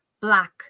Black